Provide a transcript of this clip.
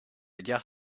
gare